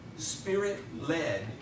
Spirit-led